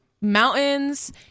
mountains